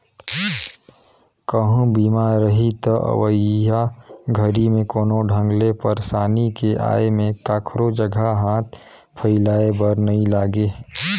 कहूँ बीमा रही त अवइया घरी मे कोनो ढंग ले परसानी के आये में काखरो जघा हाथ फइलाये बर नइ लागे